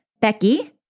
Becky